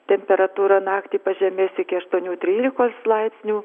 temperatūra naktį pažemės iki aštuonių trylikos laipsnių